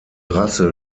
rasse